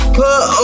put